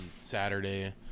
Saturday